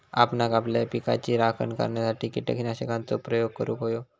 आपणांक आपल्या पिकाची राखण करण्यासाठी कीटकनाशकांचो प्रयोग करूंक व्हयो